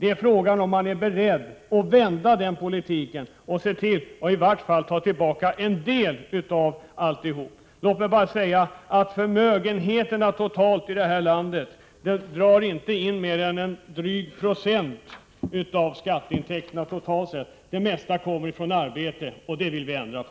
Frågan är om man är beredd att vända politiken och se till att ta tillbaka i vart fall en del av dessa pengar. Beskattningen av förmögenheter tar inte in mer än drygt 1 96 av skatteintäkterna totalt i landet. Den största delen av skatteintäkterna kommer från skatt på arbete, och det vill vi ändra på.